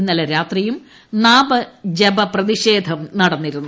ഇന്നലെ രാത്രിയും നാമജപ പ്രതിഷേധം നടന്നിരുന്നു